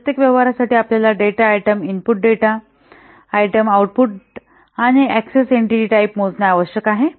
तर प्रत्येक व्यवहारासाठी आपल्याला data item input data item output आणि ऍक्सेस एंटीटी टाईप मोजणे आवश्यक आहे